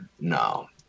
No